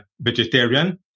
vegetarian